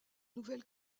nouvelle